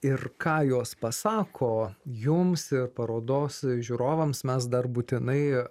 ir ką jos pasako jums parodos žiūrovams mes dar būtinai